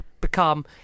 become